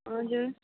हजुर